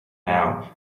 now